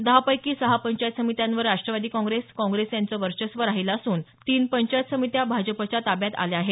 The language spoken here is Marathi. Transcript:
दहापैकी सहा पंचायत समित्यांवर राष्ट्रवादी काँप्रेस काँप्रेस यांचं वर्चस्व राहिलं असून तीन पंचायत समित्या भाजपच्या ताब्यात आल्या आहेत